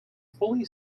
fully